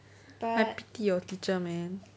I pity your teacher man